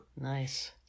Nice